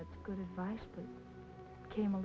that's good advice came a